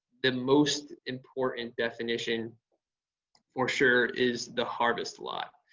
the most important definition for sure is the harvest lot.